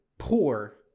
poor